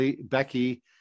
Becky